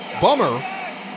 Bummer